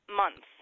month